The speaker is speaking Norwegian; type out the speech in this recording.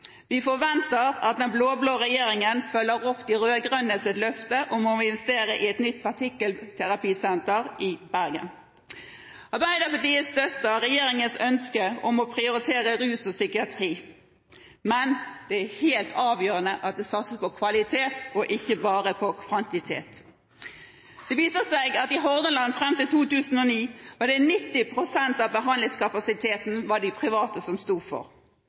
Vi forventer at den blå-blå regjeringen følger opp de rød-grønnes løfte om å investere i et nytt partikkelterapisenter i Bergen. Arbeiderpartiet støtter regjeringens ønske om å prioritere rusomsorg og psykiatri. Men det er helt avgjørende at det satses på kvalitet og ikke bare kvantitet. Det viser seg at i Hordaland sto private klinikker for 90 pst. av behandlingskapasiteten fram til 2009. Det offentlige hadde dermed ikke oversikt over pasientene, kunnskap om kvaliteten, hva som